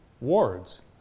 wards